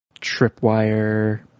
Tripwire